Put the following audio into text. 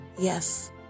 Yes